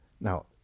Now